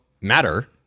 matter